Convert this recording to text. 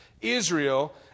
Israel